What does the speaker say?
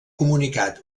comunicat